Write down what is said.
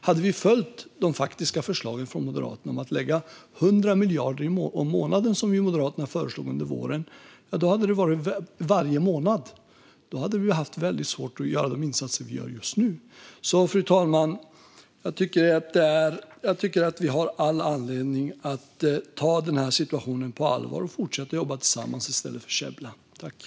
Hade vi följt de faktiska förslagen från Moderaterna om att lägga 100 miljarder i månaden, som ju Moderaterna föreslog under våren, hade vi haft väldigt svårt att göra de insatser vi gör just nu. Fru talman! Jag tycker att vi har all anledning att ta denna situation på allvar och fortsätta att jobba tillsammans i stället för att käbbla.